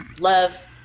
love